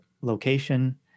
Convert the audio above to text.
location